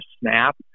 snap